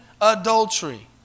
adultery